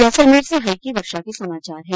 जैसलमेर से हल्की वर्षो के समाचार है